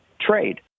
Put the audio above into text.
trade